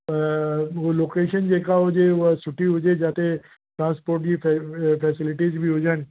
उहा लोकेशन जेका हुजे उहा सुठी हुजे जिते ट्रांसपोर्ट जी फ़े फ़ेसिलिटीज बि हुजनि